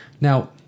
Now